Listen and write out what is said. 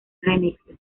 remixes